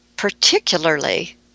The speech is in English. particularly